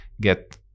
get